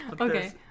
Okay